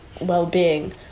well-being